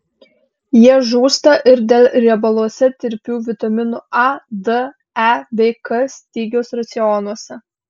jie žūsta ir dėl riebaluose tirpių vitaminų a d e bei k stygiaus racionuose